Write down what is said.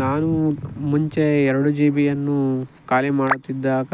ನಾನು ಮುಂಚೆ ಎರಡು ಜಿ ಬಿಯನ್ನು ಖಾಲಿಮಾಡುತ್ತಿದ್ದಾಗ